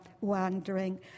wandering